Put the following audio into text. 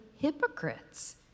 hypocrites